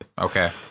Okay